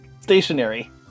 Stationary